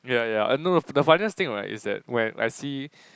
ya ya ya I know of the funniest thing right is that when I see